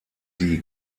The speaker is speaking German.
die